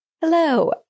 Hello